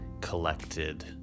collected